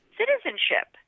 citizenship